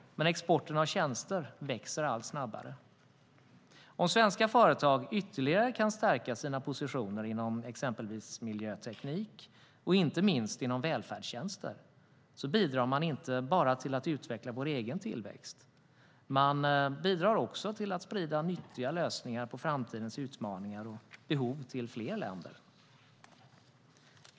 Men exporten av tjänster växer allt snabbare. Om svenska företag ytterligare kan stärka sina positioner inom exempelvis miljöteknik och inte minst inom välfärdstjänster bidrar de inte bara till att utveckla vår egen tillväxt. De bidrar också till att sprida nyttiga lösningar på framtidens utmaningar och behov till fler länder.